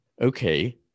Okay